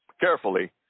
carefully